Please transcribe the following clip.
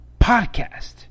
podcast